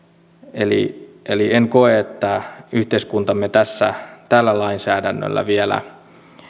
eli eli en koe että yhteiskuntamme tällä lainsäädännöllä vielä